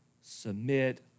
submit